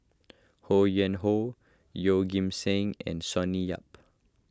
Ho Yuen Hoe Yeoh Ghim Seng and Sonny Yap